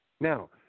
Now